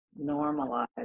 normalize